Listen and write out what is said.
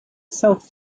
south